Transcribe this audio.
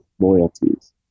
loyalties